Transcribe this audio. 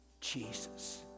Jesus